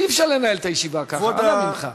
אי-אפשר לנהל את הישיבה ככה, אנא ממך.